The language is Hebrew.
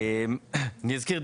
אני אזכיר,